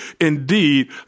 indeed